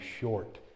Short